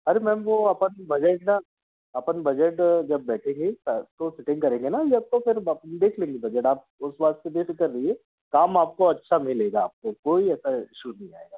अरे मैम वो अपन बजट न अपन बजट जब बैठेंगे तो सेटिंग करेंगे ना या तो फिर अब अपन देख लेंगे बजट आप उस बात से बेफिक्र रहिए काम आपको अच्छा मिलेगा आपको कोई ऐसा ईशू नहीं आएगा